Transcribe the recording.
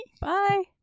bye